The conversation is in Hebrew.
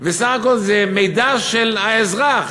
ובסך הכול זה מידע של האזרח,